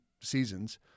seasons